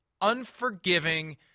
unforgiving